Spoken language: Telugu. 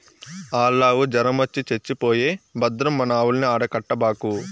ఆల్లావు జొరమొచ్చి చచ్చిపోయే భద్రం మన ఆవుల్ని ఆడ కట్టబాకు